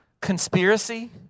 conspiracy